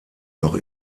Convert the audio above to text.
noch